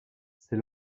c’est